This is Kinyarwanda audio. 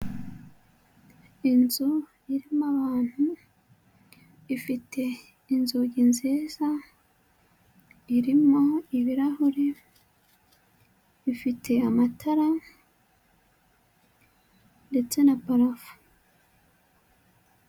Inzu irimo abantu, ifite inzugi nziza, irimo ibirahuri bifite amatara ndetse na parafo.